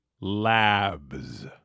Labs